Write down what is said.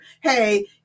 Hey